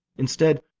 instead,